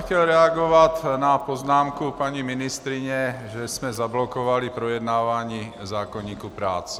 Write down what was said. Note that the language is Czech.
Chtěl jsem reagovat na poznámku paní ministryně, že jsme zablokovali projednávání zákoníku práce.